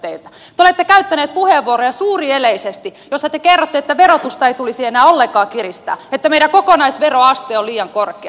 te olette käyttänyt suurieleisesti puheenvuoroja joissa te kerrotte että verotusta ei tulisi enää ollenkaan kiristää että meidän kokonaisveroaste on liian korkea